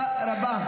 תודה רבה.